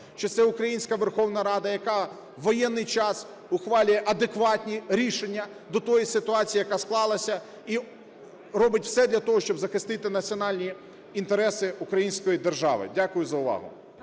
що це українська Верховна Рада, яка в воєнний час ухвалює адекватні рішення до тої ситуації, яка склалася, і робить все для того, щоб захистити національні інтереси української держави. Дякую за увагу.